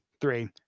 three